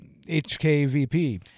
hkvp